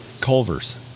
Culver's